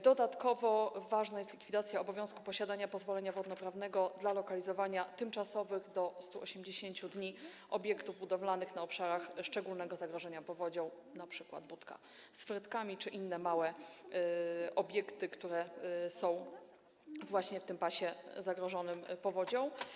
Dodatkowo ważna jest likwidacja obowiązku posiadania pozwolenia wodnoprawnego w przypadku lokalizowania tymczasowych, do 180 dni, obiektów budowlanych na obszarach szczególnego zagrożenia powodzią, np. budek z frytkami czy innych małych obiektów, które znajdują właśnie w pasie zagrożonym powodzią.